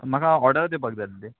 म्हाका ऑर्डर दिवपाक जाय आसली